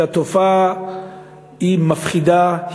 שהתופעה מפחידה,